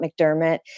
McDermott